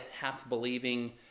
half-believing